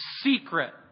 secret